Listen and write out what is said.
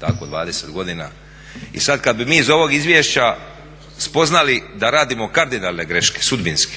tako 20 godina. I sada kada bi mi iz ovoga izvješća spoznali da radimo kardinalne greške, sudbinske